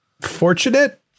fortunate